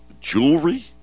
jewelry